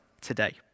today